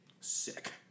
Sick